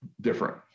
different